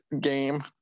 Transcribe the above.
game